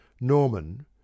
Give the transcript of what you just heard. Norman